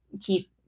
keep